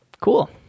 Cool